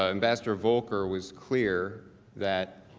ah investor volcker was clear that